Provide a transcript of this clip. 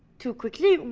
too quickly,